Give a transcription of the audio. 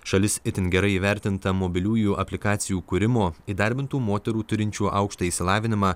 šalis itin gerai įvertinta mobiliųjų aplikacijų kūrimo įdarbintų moterų turinčių aukštąjį išsilavinimą